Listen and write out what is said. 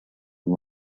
and